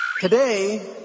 Today